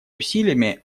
усилиями